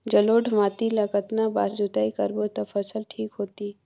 जलोढ़ माटी ला कतना बार जुताई करबो ता फसल ठीक होती?